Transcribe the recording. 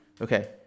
Okay